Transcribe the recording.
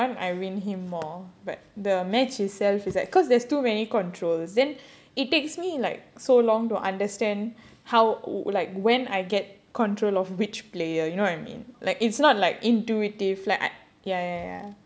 ya ya ya ya that [one] is fun like that [one] I win him more but the match itself is like because there's too many controls then it takes me like so long to understand how like when I get control of which player you know what I mean like it's not like intuitive like ya ya ya